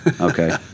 Okay